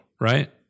right